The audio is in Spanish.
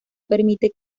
permite